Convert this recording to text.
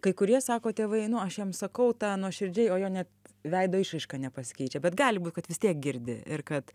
kai kurie sako tėvai nu aš jam sakau tą nuoširdžiai o jo net veido išraiška nepasikeičia bet gali būt kad vis tiek girdi ir kad